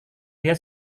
dia